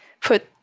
put